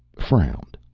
frowned.